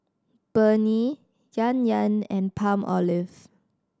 Burnie Yan Yan and Palmolive